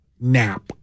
nap